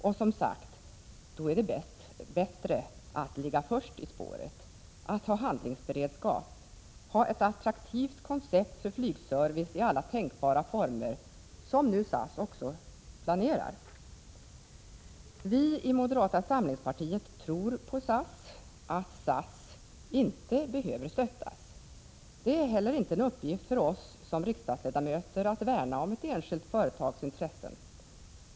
Och, som sagt, då är det bättre att ligga först i spåret, att ha handlingsberedskap, ha ett attraktivt koncept för flygservice i alla tänkbara former, som nu SAS också planerar. Vi i moderata samlingspartiet tror på SAS och på att SAS inte behöver stöttas. Det är heller inte en uppgift för oss som riksdagsledamöter att värna om ett enskilt företags intressen.